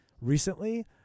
recently